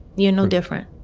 you're no different